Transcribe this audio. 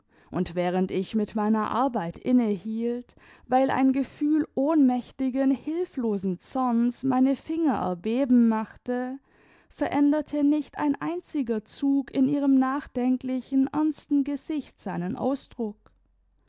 und während ich mit meiner arbeit innehielt weil ein gefühl ohnmächtigen hilflosen zorns meine finger erbeben machte veränderte nicht ein einziger zug in ihrem nachdenklichen ernsten gesicht seinen ausdruck